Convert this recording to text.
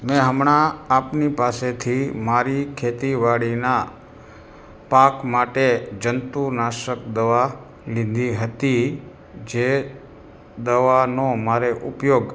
મેં હમણાં આપની પાસેથી મારી ખેતીવાડીના પાક માટે જંતુનાશક દવા લીધી હતી જે દવાનો મારે ઉપયોગ